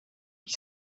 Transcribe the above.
qui